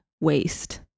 waste